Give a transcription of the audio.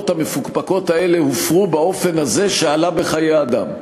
המפוקפקות האלה הופרו באופן הזה שעלה בחיי אדם?